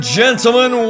gentlemen